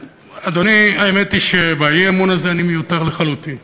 אדוני, האמת היא שבאי-אמון הזה אני מיותר לחלוטין.